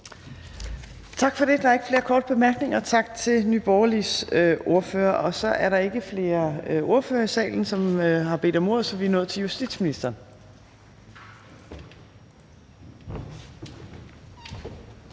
Tak for det. Der er ikke flere korte bemærkninger. Tak til Nye Borgerliges ordfører. Og der er ikke flere ordførere i salen, som har bedt om ordet, så vi er nået til justitsministeren.